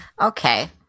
Okay